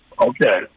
okay